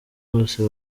bose